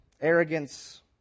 Arrogance